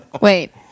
Wait